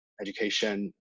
education